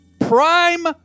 Prime